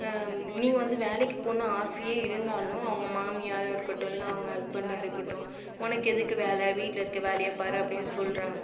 நீங்கள் வந்து வேலைக்கு போகணுன்னு ஆசையே இருந்தாலும் அவங்க மாமியாரா இருக்கட்டும் இல்லை அவங்க ஹஸ்பண்டாக இருக்கட்டும் உனக்கு எதுக்கு வேலை வீட்டில் இருக்க வேலையை பாரு அப்படின்னு சொல்கிறாங்க